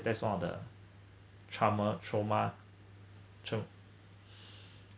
that's one of the trauma trauma tr~